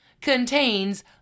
contains